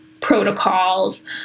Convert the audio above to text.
protocols